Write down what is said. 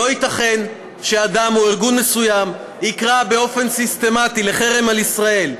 לא ייתכן שאדם או ארגון מסוים יקרא באופן סיסטמטי לחרם על ישראל,